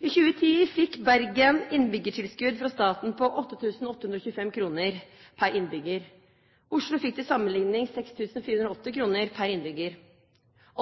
I 2010 fikk Bergen innbyggertilskudd fra staten på 8 825 kr per innbygger. Oslo fikk til sammenligning 6 480 kr per innbygger,